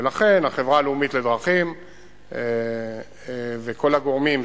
ולכן החברה הלאומית לדרכים וכל הגורמים,